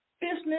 business